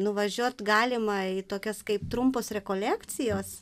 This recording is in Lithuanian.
nuvažiuot galima į tokias kaip trumpos rekolekcijos